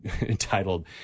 entitled